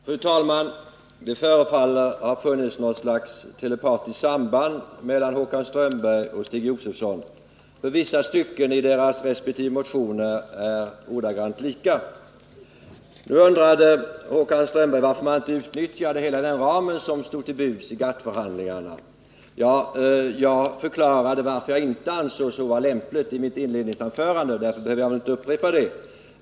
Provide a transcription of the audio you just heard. Fru talman! Det förefaller ha funnits något slags telepatiskt samband mellan Håkan Strömberg och Stig Josefson, eftersom vissa stycken i deras resp. motioner är ordagrant lika. Nu undrade Håkan Strömberg varför man inte utnyttjar hela den ram som stod till buds i GATT-förhandlingarna. Jag förklarade i mitt inledningsanförande varför jag inte ansåg att så var lämpligt, och därför behöver jag väl inte upprepa det.